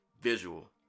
visual